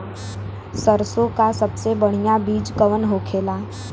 सरसों का सबसे बढ़ियां बीज कवन होखेला?